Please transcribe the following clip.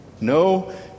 no